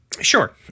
Sure